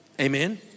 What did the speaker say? Amen